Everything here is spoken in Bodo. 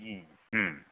ओम ओम